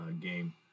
game